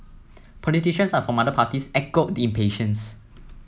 politicians are from other parties echoed the impatience